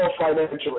financially